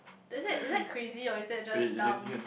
does it is it crazy or is that just dumb